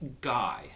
Guy